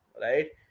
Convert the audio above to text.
right